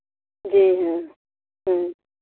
जी हाँ